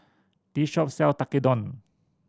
this shop sell Tekkadon